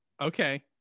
Okay